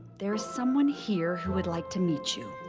there is someone here who would like to meet you.